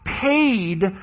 paid